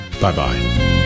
Bye-bye